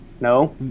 No